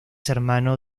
hermano